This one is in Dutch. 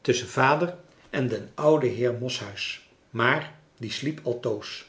tusschen vader en den ouden heer moshuis maar die sliep altoos